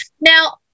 Now